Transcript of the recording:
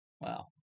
Wow